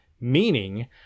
meaning